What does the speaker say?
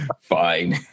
Fine